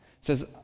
says